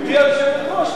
גברתי היושבת-ראש,